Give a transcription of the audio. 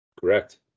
Correct